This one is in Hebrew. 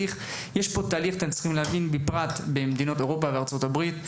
אתם צריכים להבין שבארצות הברית,